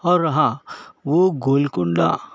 اور رہا وہ گول کونڈا